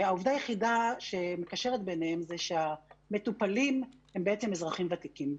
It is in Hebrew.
והעובדה היחידה שמקשרת ביניהם היא שהמטופלים הם בעצם אזרחים ותיקים.